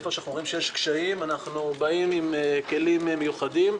איפה שאנחנו רואים שיש קשיים אנחנו באים עם כלים מיוחדים.